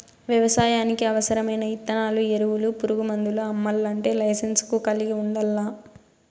వ్యవసాయానికి అవసరమైన ఇత్తనాలు, ఎరువులు, పురుగు మందులు అమ్మల్లంటే లైసెన్సును కలిగి ఉండల్లా